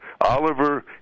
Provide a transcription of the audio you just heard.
Oliver